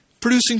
Producing